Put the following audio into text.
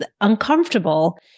uncomfortable